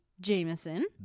Jameson